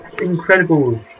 Incredible